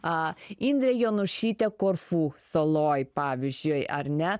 indrė jonušytė korfu saloj pavyzdžiui ar ne